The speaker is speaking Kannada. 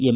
ಎಂ